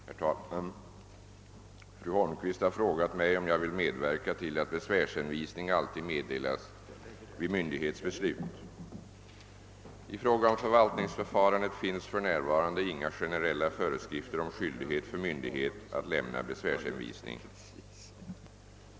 Herr talman! Fru Holmqvist har frågat mig om jag vill medverka till att besvärshänvisning alltid meddelas vid myndighets beslut. I fråga om förvaltningsförfarandet finns f.n. inga generella föreskrifter om skyldighet för myndighet att lämna besvärshänvisning.